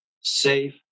safe